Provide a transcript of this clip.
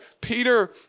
Peter